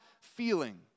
feeling